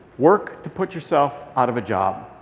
work to put yourself out of a job.